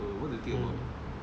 mm